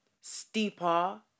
steeper